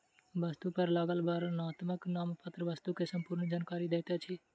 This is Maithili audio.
वस्तु पर लागल वर्णनात्मक नामपत्र वस्तु के संपूर्ण जानकारी दैत अछि